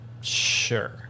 Sure